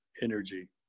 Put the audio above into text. energy